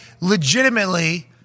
legitimately